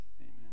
amen